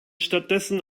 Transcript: stattdessen